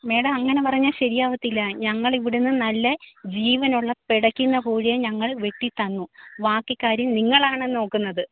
madam അങ്ങനെ പറഞ്ഞാൽ ശരിയാവത്തില്ല ഞങ്ങളിവിടെ നിന്ന് നല്ല ജീവനുള്ള പിടയ്ക്കുന്ന കോഴിയെ ഞങ്ങൾ വെട്ടി തന്നു ബാക്കി കാര്യം നിങ്ങളാണ് നോക്കുന്നത്